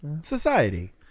Society